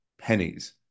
pennies